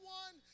one